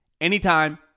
anytime